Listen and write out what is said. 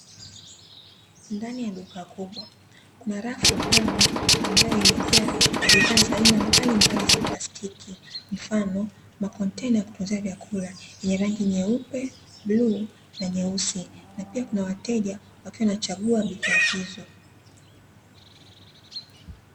Ndani ya duka kubwa kuna rafu pana ambayo imejaa bidhaa za aina mbalimbali za plastiki mfano makontena ya kutunzia chakula yenye rangi, nyeupe, bluu na nyeusi, na pia kuna wateja wakiwa wanachagua bidhaa hizo.